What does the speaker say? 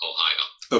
Ohio